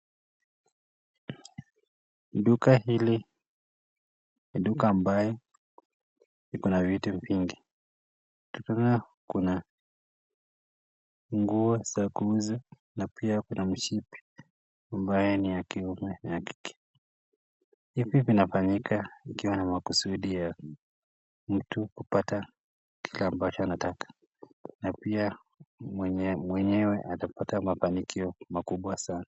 Duka hili duka ambalo liko na vitu vingi. Tukitoa kuna nguo za kuuza na pia kuna mishipi ambayo ni ya kiume na ya kike. Hivi vinafanyika ikiwa na makusudi ya mtu kupata kile ambacho anataka. Na pia mwenye mwenyewe atapata mafanikio makubwa sana.